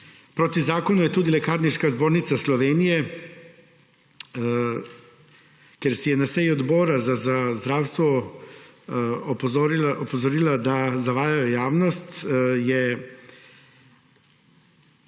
Proti zakonu je tudi Lekarniška zbornica Slovenije, na seji Odbora za zdravstvo je opozorila, da zavajajo javnost.